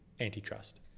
antitrust